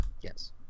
Yes